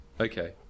Okay